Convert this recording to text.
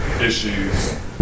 issues